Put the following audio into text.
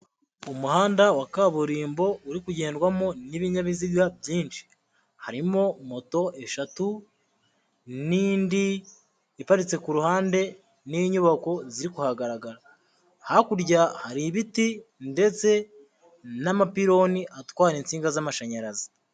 Umuhanda wa kaburimbo uri kugendwamo n'ibinyabiziga byinshi. Harimo moto eshatu n'indi iparitse ku ruhande n'inyubako ziri kuhagaragara, Hakurya hari ibiti ndetse n'amapironi atwaraye insinga z'amashanyarazi.